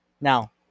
Now